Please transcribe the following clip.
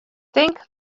tink